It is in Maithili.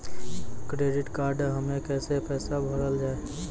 क्रेडिट कार्ड हम्मे कैसे पैसा भरल जाए?